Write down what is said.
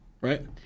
Right